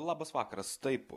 labas vakaras taip